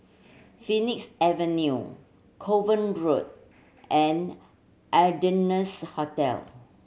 Phoenix Avenue Kovan Road and Ardennes Hotel